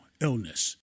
illness